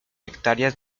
hectáreas